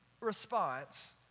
response